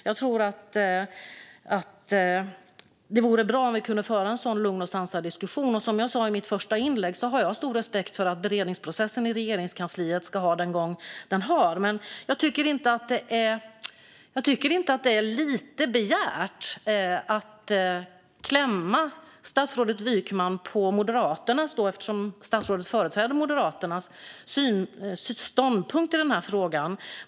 Jag tror att det vore bra om vi kunde föra en sådan lugn och sansad diskussion. Som jag sa i mitt första inlägg har jag stor respekt för att beredningsprocessen i Regeringskansliet ska ha sin gång. Men jag tycker att det är lite begärt att klämma statsrådet Wykman på Moderaternas, eftersom statsrådet företräder Moderaterna, ståndpunkt i frågan.